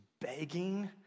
begging